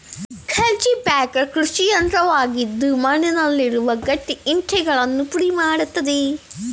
cultipacker ಕೃಷಿಯಂತ್ರವಾಗಿದ್ದು ಮಣ್ಣುನಲ್ಲಿರುವ ಗಟ್ಟಿ ಇಂಟೆಗಳನ್ನು ಪುಡಿ ಮಾಡತ್ತದೆ